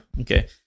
Okay